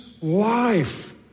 life